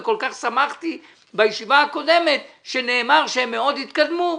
וכל כך שמחתי בישיבה הקודמת שנאמר שהם מאוד התקדמו.